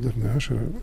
dar neša